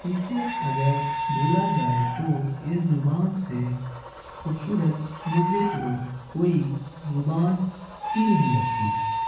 اسے اگر بولا جائے تو اس زبان سے خوبصورت مجھے تو کوئی زبان ہی نہیں لگتی